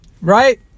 Right